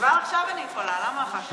כבר עכשיו אני יכולה, למה אחר כך?